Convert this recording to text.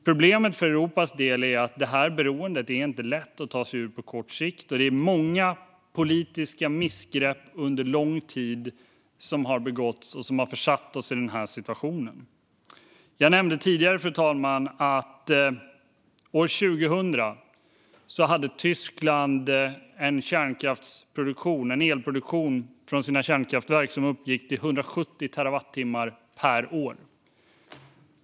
Problemet för Europas del är att det inte är lätt att ta sig ur det här beroendet på kort sikt. Det är många politiska missgrepp under lång tid som har begåtts och som har försatt oss i den här situationen. Jag nämnde tidigare, fru talman, att Tyskland år 2000 hade en elproduktion från sina kärnkraftverk som uppgick till 170 terawattimmar per år.